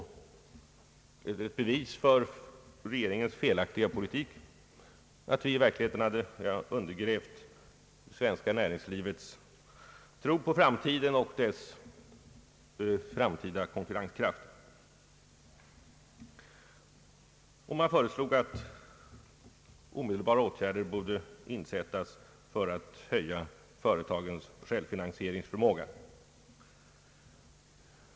den ekonomiska politiken, m.m. felaktiga politik och att vi verkligen hade undergrävt det svenska näringslivets tro på sin framtida konkurrenskraft. Man föreslog att omedelbara åtgärder skulle insättas för att höja företagens självfinansieringsförmåga.